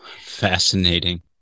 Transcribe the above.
Fascinating